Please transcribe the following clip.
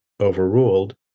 overruled